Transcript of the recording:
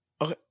Okay